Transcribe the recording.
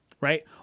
right